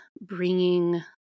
bringing